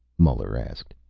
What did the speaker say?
muller asked.